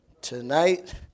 tonight